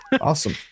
awesome